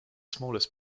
smallest